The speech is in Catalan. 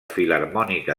filharmònica